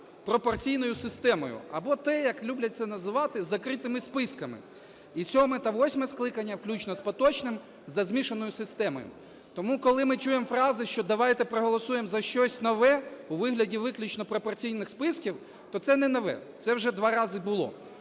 пропорційною системою, або те, як люблять це називати, з закритими списками. І сьоме та восьме скликання, включно з поточним, за змішаною системою. Тому коли ми чуємо фрази, що давайте проголосуємо за щось нове у вигляді виключно пропорційних списків, то це не нове, це вже два рази було.